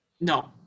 no